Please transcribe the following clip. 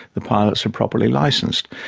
the pilots are properly licensed.